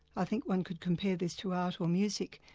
i think one could compare this to art or music,